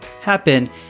happen